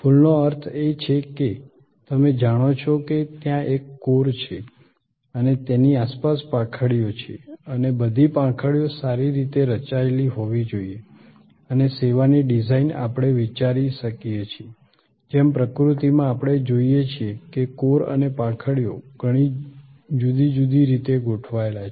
ફૂલનો અર્થ એ છે કે તમે જાણો છો કે ત્યાં એક કોર છે અને તેની આસપાસ પાંખડીઓ છે અને બધી પાંખડીઓ સારી રીતે રચાયેલી હોવી જોઈએ અને સેવાની ડિઝાઇન આપણે વિચારી શકીએ છીએ જેમ પ્રકૃતિમાં આપણે જોઈએ છીએ કે કોર અને પાંખડીઓ ઘણી જુદી જુદી રીતે ગોઠવાયેલા છે